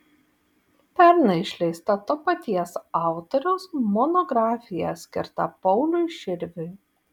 pernai išleista to paties autoriaus monografija skirta pauliui širviui